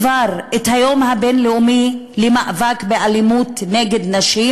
היום הבין-לאומי למאבק באלימות נגד נשים,